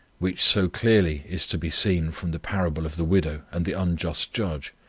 which so clearly is to be seen from the parable of the widow and the unjust judge,